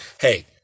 hey